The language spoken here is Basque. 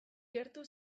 gertu